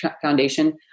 Foundation